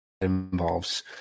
involves